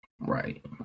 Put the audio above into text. Right